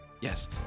Yes